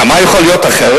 הרי מה יכול להיות אחרת,